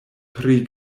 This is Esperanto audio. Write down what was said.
pri